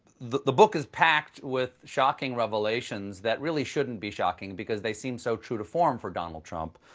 the the book is packed with shocking revelations that really shouldn't be shocking, because they seem so true to form for donald trump.